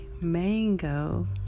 mango